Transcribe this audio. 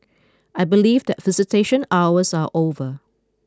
I believe that visitation hours are over